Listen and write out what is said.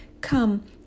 Come